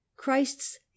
Christ's